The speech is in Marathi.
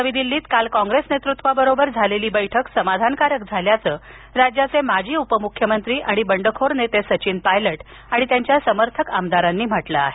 नवी दिल्लीत काल कॉप्रेस नेतृत्वाबरोबर झालेली बैठक समाधानकारक झाल्याचं राज्याचे माजी उपमुख्यमंत्री आणि बंडखोर नेते सचिन पायलट आणि त्यांच्या समर्थक आमदारांनी म्हटलं आहे